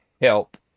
help